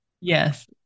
yes